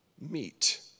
meet